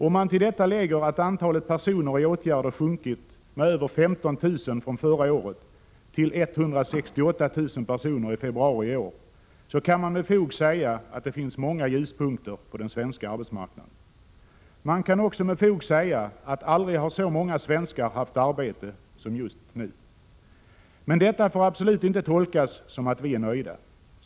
Om man till detta lägger att antalet personer i arbetsmarknadsåtgärder sjunkit med över 15 000 från förra året till ca 168 000 i februari i år, så kan man med fog säga att det finns många ljuspunkter på den svenska arbetsmarknaden. Man kan också med fog säga att aldrig har så många svenskar haft arbete som just nu. Detta får absolut inte tolkas som att vi är nöjda.